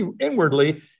inwardly